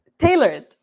tailored